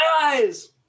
eyes